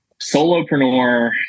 solopreneur